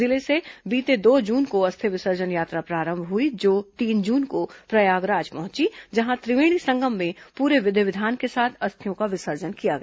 जिले से बीते दो जुन को अस्थि विसर्जन यात्रा प्रारंभ हई जो तीन जून को प्रयागराज पहुंची जहां त्रिवेणी संगम में पूरे विधि विधान के साथ अस्थियों का विसर्जन किया गया